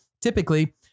Typically